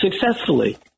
successfully